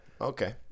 Okay